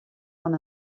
fan